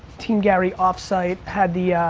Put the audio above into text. team gary off-site had the,